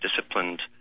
disciplined